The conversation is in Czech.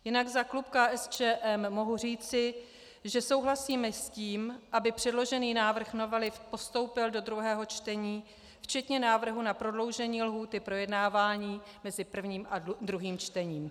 Jinak za klub KSČM mohu říci, že souhlasíme s tím, aby předložený návrh novely postoupil do druhého čtení, včetně návrhu na prodloužení lhůty projednávání mezi prvním a druhým čtením.